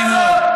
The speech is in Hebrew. נעים מאוד.